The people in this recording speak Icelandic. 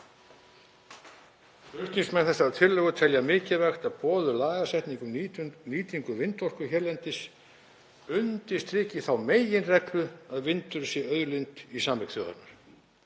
„Flutningsmenn þessarar tillögu telja mikilvægt að boðuð lagasetning um nýtingu vindorku hérlendis undirstriki þá meginreglu að vindurinn sé auðlind í sameign þjóðarinnar